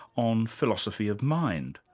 on philosophy of mind,